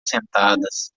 sentadas